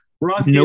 Ross